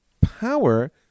power